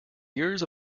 years